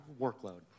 workload